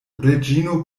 reĝino